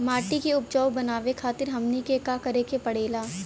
माटी के उपजाऊ बनावे खातिर हमनी के का करें के पढ़ेला?